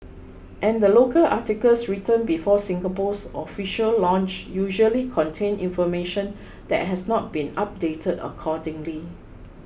and the local articles written before Singapore's official launch usually contain information that has not been updated accordingly